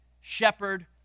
shepherd